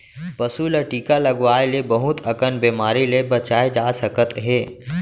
पसू ल टीका लगवाए ले बहुत अकन बेमारी ले बचाए जा सकत हे